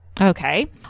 Okay